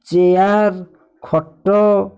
chair ଖଟ